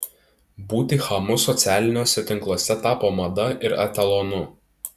būti chamu socialiniuose tinkluose tapo mada ir etalonu